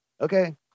Okay